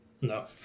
No